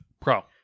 pro